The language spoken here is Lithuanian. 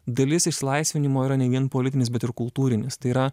dalis išsilaisvinimo yra ne vien politinis bet ir kultūrinis tai yra